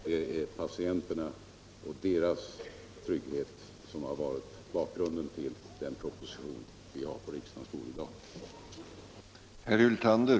Det är patienterna och deras trygghet som har varit bakgrunden till den proposition vi har på riksdagens bord i dag.